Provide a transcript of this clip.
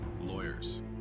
lawyers